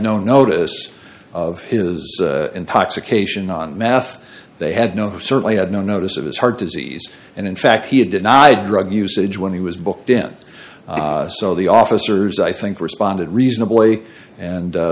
no no yes of his intoxication on math they had no certainly had no notice of his heart disease and in fact he had denied drug usage when he was booked in so the officers i think responded reasonably and